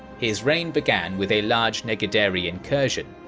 his reign began with a large neguderi incursion,